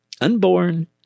unborn